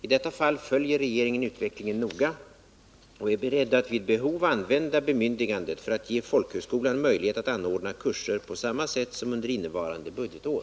I detta fall följer regeringen utvecklingen noga och är beredd att vid behov använda bemyndigandet för att ge folkhögskolan möjlighet att anordna kurser på samma sätt som under innevarande budgetår.